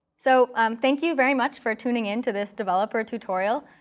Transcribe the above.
so thank you very much for tuning into this developer tutorial.